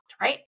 right